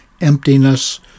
emptiness